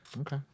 Okay